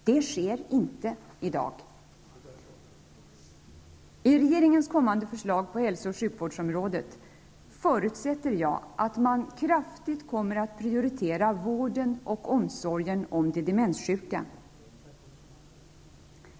Det sker inte i dag. I regeringens kommande förslag på hälso och sjukvårdsområdet förutsätter jag att man kraftigt kommer att prioritera vården och omsorgen om de demenssjuka.